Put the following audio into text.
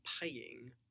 paying